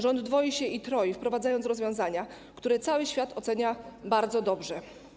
Rząd dwoi się i troi, wprowadzając rozwiązania, które cały świat ocenia bardzo dobrze.